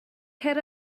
cer